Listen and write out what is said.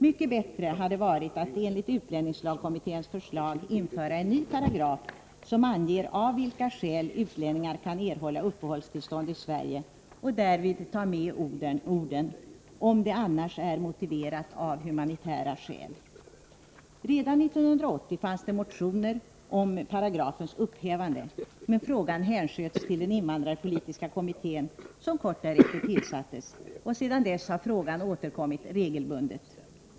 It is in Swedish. Mycket bättre hade varit att enligt utlänningslagkommitténs förslag införa en ny paragraf som anger av vilka skäl utlänningar kan erhålla uppehållstillstånd i Sverige och därvid ta med orden ”om det annars är motiverat av humanitära skäl”. Redan 1980 fanns det motioner om paragrafens upphävande, men frågan hänsköts till den invandrarpolitiska kommittén som kort därefter tillsattes. Sedan dess har frågan återkommit regelbundet.